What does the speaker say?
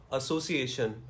association